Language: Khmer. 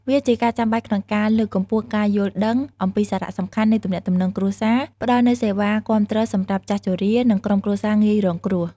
វាជាការចាំបាច់ក្នុងការលើកកម្ពស់ការយល់ដឹងអំពីសារៈសំខាន់នៃទំនាក់ទំនងគ្រួសារ ផ្ដល់នូវសេវាគាំទ្រសម្រាប់ចាស់ជរា និងក្រុមគ្រួសារងាយរងគ្រោះ។